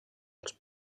als